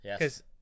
Yes